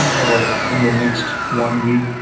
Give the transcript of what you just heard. or in the next one week.